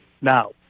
now